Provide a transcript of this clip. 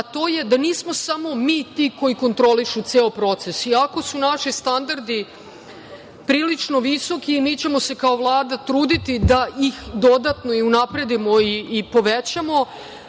a to je da nismo samo mi ti koji kontrolišu ceo proces, i ako su naši standardi prilično visoki, mi ćemo se kao vlada truditi da ih dodatno i unapredimo i povećamo. Ono